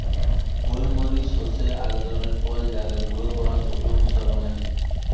গোল মরিচ হসে আক ধরণের ফল যাকে গুঁড়ো করাং শুকনো মশলা বানায়